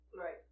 Right